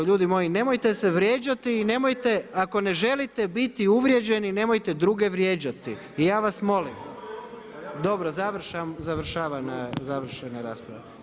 Ljudi moji nemojte se vrijeđati i nemojte ako ne želite biti uvrijeđeni nemojte druge vrijeđati i ja vas molim. … [[Upadica Jovanović, ne razumije se.]] Dobro završena je rasprava.